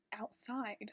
outside